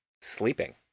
Sleeping